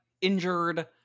injured